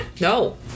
No